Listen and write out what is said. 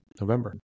November